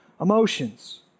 emotions